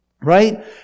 right